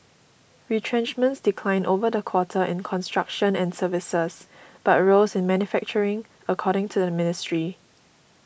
retrenchments declined over the quarter in construction and services but rose in manufacturing according to the ministry